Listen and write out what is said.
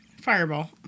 Fireball